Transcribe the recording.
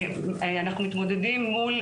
אנחנו מתמודדים מול